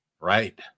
right